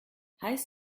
heiß